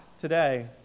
today